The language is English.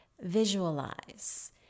visualize